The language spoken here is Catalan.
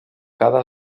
cada